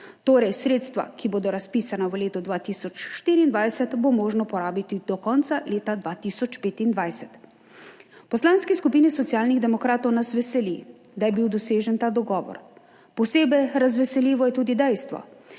Torej, sredstva, ki bodo razpisana v letu 2024, bo možno porabiti do konca leta 2025. V Poslanski skupini Socialnih demokratov nas veseli, da je bil dosežen ta dogovor, posebej razveseljivo je tudi dejstvo,